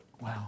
Wow